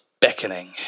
beckoning